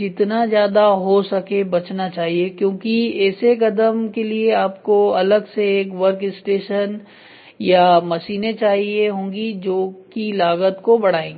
जितना ज्यादा हो सके बचना चाहिए क्योंकि ऐसे कदम के लिए आपको अलग से एक वर्क स्टेशन या मशीनें चाहिए होगी जो की लागत को बढ़ाएंगे